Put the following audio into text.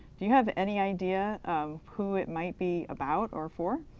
do you have any idea um who it might be about or for?